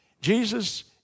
Jesus